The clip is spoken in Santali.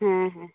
ᱦᱮᱸ ᱦᱮᱸ